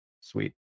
sweet